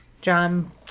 John